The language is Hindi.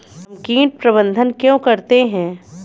हम कीट प्रबंधन क्यों करते हैं?